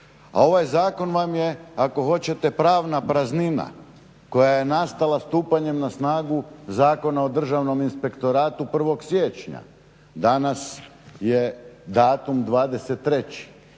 A ovaj zakon vam je ako hoćete pravna praznina koja je nastala stupanjem na snagu Zakona o državnom inspektoratu 1.siječnja, danas je datum 23.